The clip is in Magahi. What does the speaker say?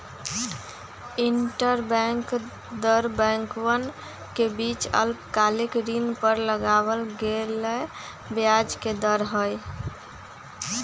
इंटरबैंक दर बैंकवन के बीच अल्पकालिक ऋण पर लगावल गेलय ब्याज के दर हई